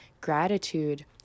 gratitude